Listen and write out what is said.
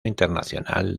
internacional